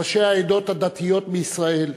ראשי העדות הדתיות בישראל,